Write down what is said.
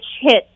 hit